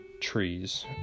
trees